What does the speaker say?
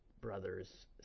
brother's